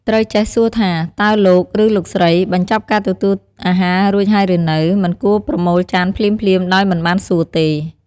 ត្រូវចេះសួរថា "តើលោក ឬ លោកស្រីបញ្ចប់ការទទួលអាហាររួចហើយឬនៅ?" មិនគួរប្រមូលចានភ្លាមៗ ដោយមិនបានសួរទេ។